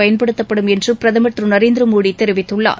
பயன்படுத்தப்படும் என்று பிரதமர் திரு நரேந்திர மோடி தெரிவித்துள்ளார்